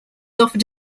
offered